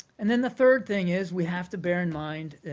and then the third thing is we have to bear in mind,